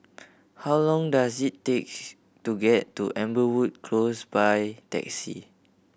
how long does it take to get to Amberwood Close by taxi